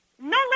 No